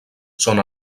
són